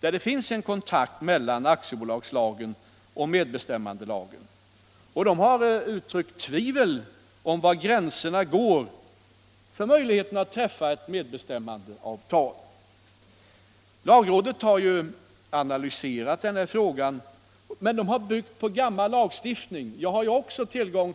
där ett samband finns mellan ak tiebolagslagen och medbestämmanderättslagen, och lagrådet har uttryckt tvivelsmål om var gränserna härvidlag går när det gäller att träffa ett medbestämmanderättsavtal. Jag har ju också tillgång till jurister på departementet och de delar inte lagrådets uppfattning.